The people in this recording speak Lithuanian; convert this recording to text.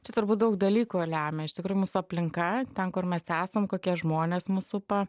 čia turbūt daug dalykų lemia iš tikrųjų mūsų aplinka kur mes esam kokie žmonės mus supa